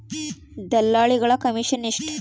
ದಲ್ಲಾಳಿಗಳ ಕಮಿಷನ್ ಎಷ್ಟು?